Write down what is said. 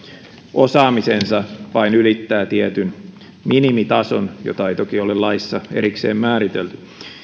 osaamisensa vain ylittää tietyn minimitason jota ei toki ole laissa erikseen määritelty